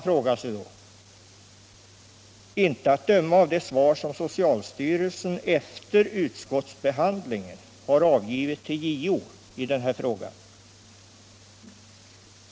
Nej, inte att döma av det svar som socialstyrelsen efter utskottsbehandlingen har avgivit till JO i denna fråga.